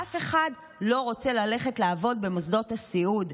אף אחד לא רוצה ללכת לעבוד במוסדות הסיעוד,